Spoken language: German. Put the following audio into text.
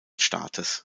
staates